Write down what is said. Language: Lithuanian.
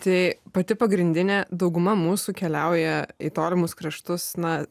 tai pati pagrindinė dauguma mūsų keliauja į tolimus kraštus na